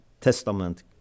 testament